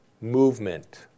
movement